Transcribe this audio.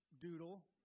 doodle